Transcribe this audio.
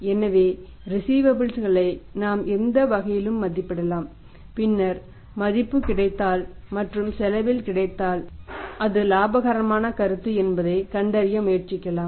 எனவே ரிஸீவபல்ஸ் களை நாம் எந்த வகையிலும் மதிப்பிடலாம் பின்னர் மதிப்பு கிடைத்தால் மற்றும் செலவில் கிடைத்தால் எது இலாபகரமான கருத்து என்பதைக் கண்டறிய முயற்சி செய்யலாம்